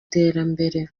iterambere